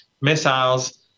missiles